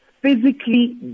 physically